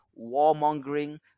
warmongering